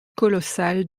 colossale